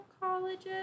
colleges